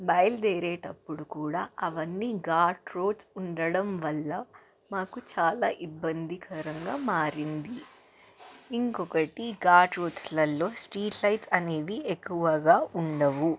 బయలుదేరేటప్పుడు కూడా అవన్నీ ఘాట్ రోడ్స్ ఉండడం వల్ల మాకు చాలా ఇబ్బందికరంగా మారింది ఇంకొకటి ఘాట్ రోడ్స్లలో స్ట్రీట్ లైట్స్ అనేవి ఎక్కువగా ఉండవు